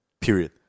Period